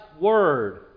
Word